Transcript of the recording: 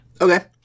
Okay